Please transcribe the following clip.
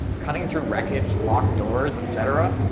cutting through wreckage, locked doors, etc.